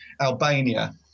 Albania